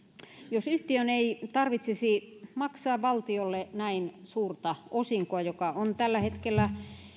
jos yhtiön ei tarvitsisi maksaa valtiolle näin suurta osinkoa joka on tällä hetkellä ollut